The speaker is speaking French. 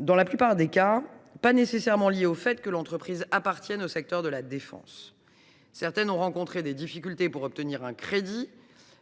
dans la plupart des cas, pas liées au fait que l’entreprise appartienne au secteur de la défense. Certaines ont rencontré des difficultés pour obtenir un crédit.